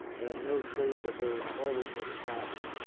and no trace of her has ever been found.